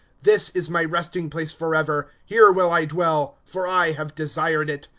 this is my resting-place forever here will i dwell, for i have desired it.